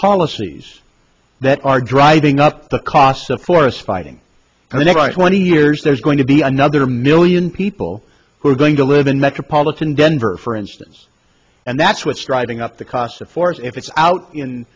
policies that are driving up the costs of forest fighting and the next twenty years there's going to be another million people who are going to live in metropolitan denver for instance and that's what's driving up the cost of force if it's out in